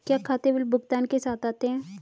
क्या खाते बिल भुगतान के साथ आते हैं?